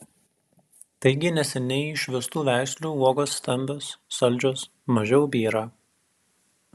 taigi neseniai išvestų veislių uogos stambios saldžios mažiau byra